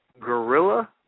Gorilla